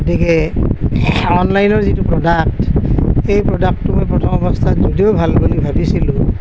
গতিকে অনলাইনৰ যিটো প্ৰডাক্ট ৎ এই প্ৰডাক্টটো প্ৰথম অৱস্থাত যদিও ভাল বুলি ভাবিছিলোঁ